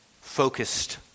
focused